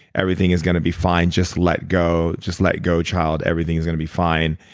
everything is going to be fine. just let go. just let go child. everything's going to be fine.